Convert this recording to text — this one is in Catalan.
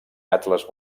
atles